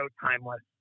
timeless